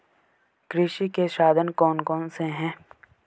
कृषि के साधन कौन कौन से हैं?